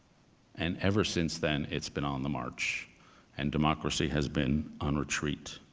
and ever since then it's been on the march and democracy has been on retreat.